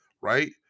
right